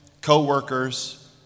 co-workers